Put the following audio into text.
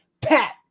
Pat